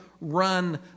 run